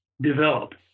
developed